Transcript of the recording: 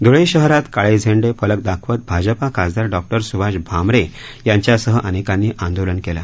धुळे शहरात काळे झेंडे फलक दाखवत भाजपा खासदार डॉक्टर सुभाष भामरे यांच्यासह अनेकांनी आंदोलन केलं